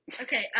Okay